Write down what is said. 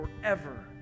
forever